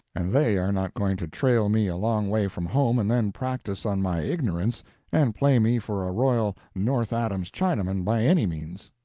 and they are not going to trail me a long way from home and then practise on my ignorance and play me for a royal north adams chinaman, by any means.